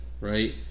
right